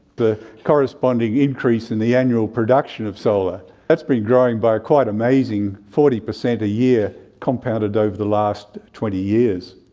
the corresponding increase in the annual production of solar that's been growing by quite amazing forty per cent a year, compounded over the last twenty years.